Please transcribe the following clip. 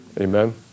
Amen